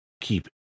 keep